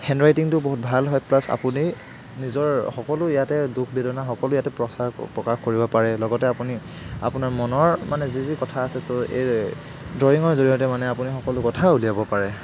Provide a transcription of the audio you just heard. হেণ্ডৰাইটিংটো বহুত ভাল হয় প্লাছ আপুনি নিজৰ সকলো ইয়াতে দুখ বেদনা সকলো ইয়াতে প্ৰচা প্ৰকাশ কৰিব পাৰে লগতে আপুনি আপোনাৰ মনৰ মানে যি যি কথা আছে ত' এই ড্ৰয়িঙৰ জৰিয়তে মানে আপুনি সকলো কথা উলিয়াব পাৰে